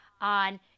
on